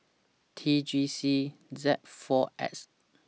T G C Z four X